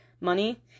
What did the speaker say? money